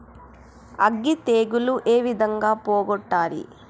అగ్గి తెగులు ఏ విధంగా పోగొట్టాలి?